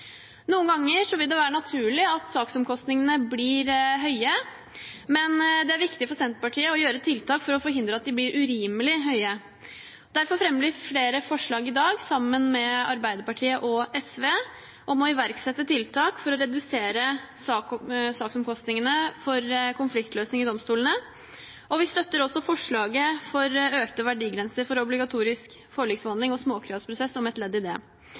Noen ganger vil det være naturlig at saksomkostningene blir høye, men det er viktig for Senterpartiet å sette inn tiltak for å forhindre at de blir urimelig høye. Derfor fremmer vi flere forslag i dag, sammen med Arbeiderpartiet og SV, om å iverksette tiltak for å redusere saksomkostningene for konfliktløsning i domstolene. Vi støtter også forslaget om økte verdigrenser for obligatorisk forliksbehandling og småkravsprosess som et ledd i det.